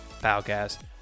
podcast